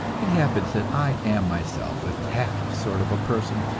it happens that i am myself a tactless sort of a person,